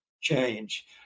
change